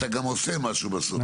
אתה גם עושה משהו בסוף.